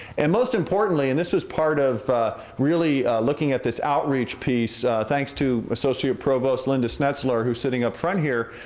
and most importantly, and this was part of really looking at this outreach piece, thanks to associate provost linda snetselaar, who's sitting up front here,